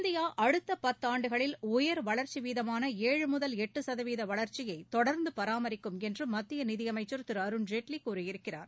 India அடுத்த பத்தாண்டுகளில் உயர் வளர்ச்சி வீதமான ஏழு முதல் எட்டு சதவீத வளர்ச்சியை தொடர்ந்து பராமரிக்கும் என்று மத்திய நிதியமைச்சர் திரு அருண்ஜேட்லி கூறியிருக்கிறார்